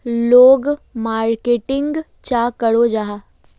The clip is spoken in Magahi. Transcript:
लोग मार्केटिंग चाँ करो जाहा?